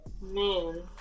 Man